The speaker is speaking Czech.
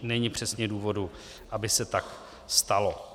Není přesně důvodu, aby se tak stalo.